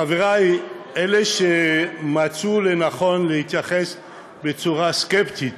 חברי, אלה שמצאו לנכון להתייחס בצורה סקפטית